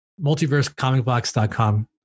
multiversecomicbox.com